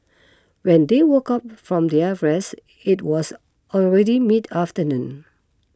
when they woke up from their rest it was already mid afternoon